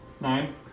Nine